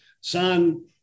son